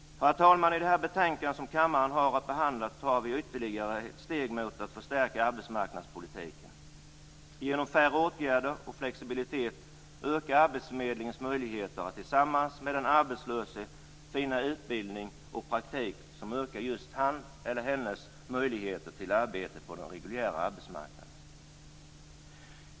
Herr talman! I det betänkande som kammaren har att behandla tar vi ytterligare ett steg mot att förstärka arbetsmarknadspolitiken. Genom färre åtgärder och flexibilitet ökar arbetsförmedlarens möjligheter att tillsammans med den arbetslöse finna utbildning och praktik som ökar just hans eller hennes möjligheter till arbete på den reguljära arbetsmarknaden.